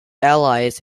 allies